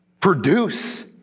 produce